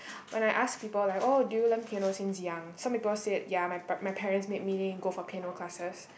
when I ask people like oh do you learn piano since young some people said ya my my parents made me go for piano classes